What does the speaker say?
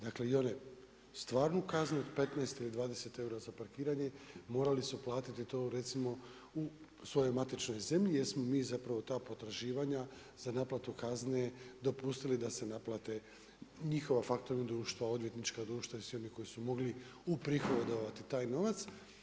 Dakle, i onu stvarnu kaznu od 15 ili 20 eura za parkiranje, morali su platiti to recimo u svojoj matičnoj zemlji, jer smo mi zapravo ta potraživanja za naplatu kazne dopustili da se naplate njihova faktoring društva, odvjetnička društva i svi oni koji su mogli uprihodovati taj novac.